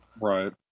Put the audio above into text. Right